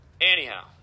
Anyhow